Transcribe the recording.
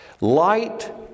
Light